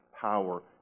power